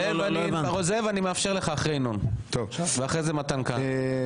זאב, אני מאפשר לך אחרי ינון ואחרי זה מתן כהנא.